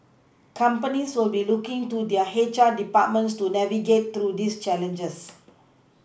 companies will be looking to their H R departments to navigate through these challenges